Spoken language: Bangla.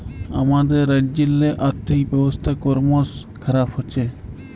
আমাদের রাজ্যেল্লে আথ্থিক ব্যবস্থা করমশ খারাপ হছে